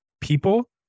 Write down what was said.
people